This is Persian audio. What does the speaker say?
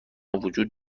وجود